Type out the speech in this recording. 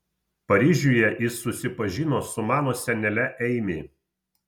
paryžiuje jis susipažino su mano senele eimi